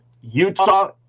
Utah